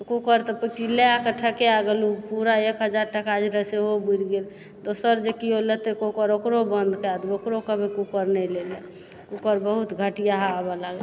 तऽ कुकर तऽ लए कऽ ठका गेलहुँ पूरा एक हजार टका जे रहा सेहो बुरि गेल दोसर जे केओ लेतै कुकर ओकरो बन्द कए देबै ओकरो कहबै कुकर नहि लए लए कुकर बहुत घटिया आबए लगलै